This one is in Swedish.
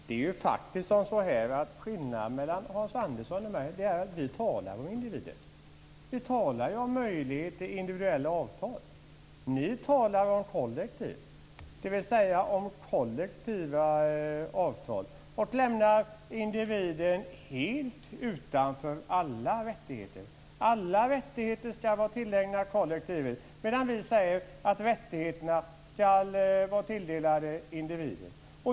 Fru talman! Skillnaden mellan Hans Andersson och oss moderater är att vi talar om individer. Vi talar ju om möjlighet till individuella avtal. Ni talar om kollektiv, dvs. om kollektiva avtal, och lämnar individen helt utanför alla rättigheter. Alla rättigheter skall vara tillägnade kollektivet, medan vi säger att rättigheterna skall vara tilldelade individen.